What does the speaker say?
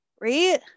Right